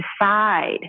decide